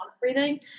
breathing